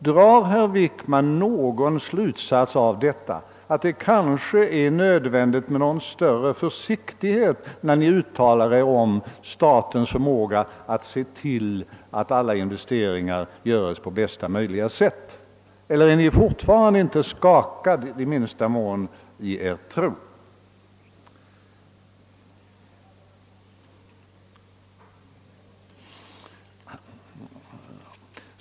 Drar herr Wickman någon slutsats av detta, t.ex. att det kanske är nödvändigt med större försiktighet när Ni uttalar Er om statens förmåga att se till att stora investeringar görs på bästa möjliga sätt? Eller är Ni fortfarande inte det minsta skakad i Er tro?